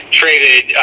traded